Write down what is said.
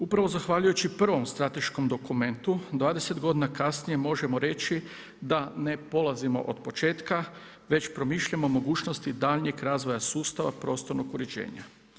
Upravo zahvaljujući prvom strateškom dokumentu 20 godina kasnije možemo reći da ne polazimo od početka, već promišljamo mogućnosti daljnjeg razvoja sustava prostornog uređenja.